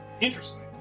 Interesting